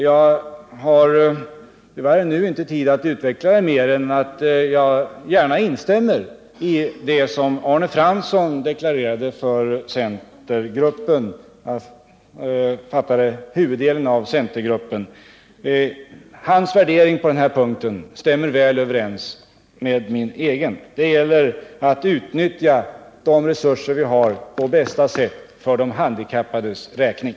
Jag har tyvärr inte nu tid att utveckla resonemanget mer än att jag instämmer i det som Arne Fransson deklarerat för, som jag uppfattade det, huvuddelen av centergruppen. Hans värdering på den här punkten stämmer väl överens med min egen. Det gäller att utnyttja de resurser vi har på bästa sätt för de handikappades räkning.